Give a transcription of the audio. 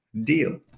Deal